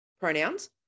pronouns